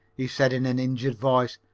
he said in an injured voice.